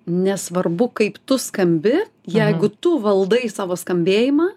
nesvarbu kaip tu skambi jeigu tu valdai savo skambėjimą